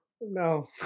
No